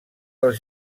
dels